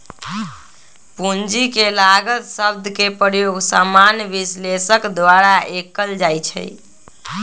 पूंजी के लागत शब्द के प्रयोग सामान्य विश्लेषक द्वारा कएल जाइ छइ